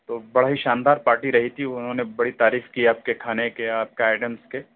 تو بڑا ہی شاندار پارٹی رہی تھی انہوں نے بڑی تعریف کی آپ کے کھانے کے آپ کا آئیٹمز کے